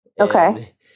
Okay